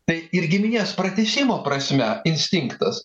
tai ir giminės pratęsimo prasme instinktas